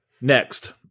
Next